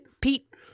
Pete